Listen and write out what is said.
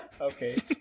Okay